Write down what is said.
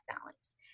balance